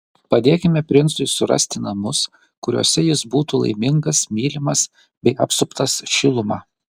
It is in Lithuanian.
padėkime princui surasti namus kuriuose jis būtų laimingas mylimas bei apsuptas šiluma